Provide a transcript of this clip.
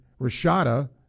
Rashada